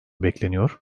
bekleniyor